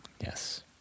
yes